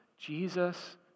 Jesus